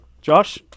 Josh